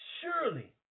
surely